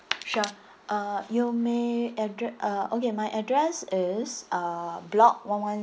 sure uh you may addre~ uh okay my address is uh block one one